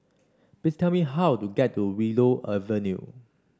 please tell me how to get to Willow Avenue